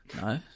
No